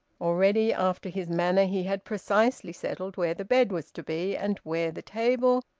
already, after his manner, he had precisely settled where the bed was to be, and where the table,